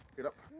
get up.